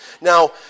Now